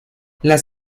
las